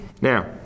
now